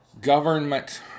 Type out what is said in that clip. Government